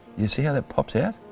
you see how that pops out.